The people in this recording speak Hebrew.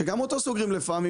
וגם אותו סוגרים לפעמים.